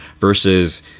versus